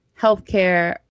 healthcare